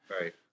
Right